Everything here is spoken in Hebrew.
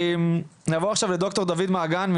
נעבור עכשיו לד"ר דוד מעגן,